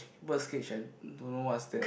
bird's cage and don't know what's that